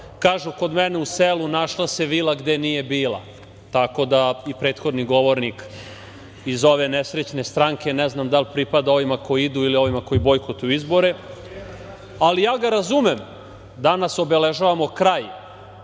kod mene u selu „našla se vila gde nije bila“, tako da i prethodni govornik iz ove nesrećne stranke, ne znam da li pripada ovima koji idu ili ovima koji bojkotuju izbore, ali ja ga razumem. Danas obeležavamo kraj